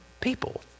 people